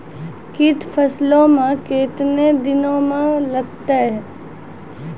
कीट फसलों मे कितने दिनों मे लगते हैं?